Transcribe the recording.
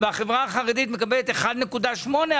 והחברה החרדית מקבלת 1.8%,